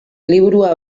liburua